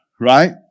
right